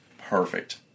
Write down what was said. perfect